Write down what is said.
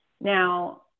Now